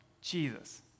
Jesus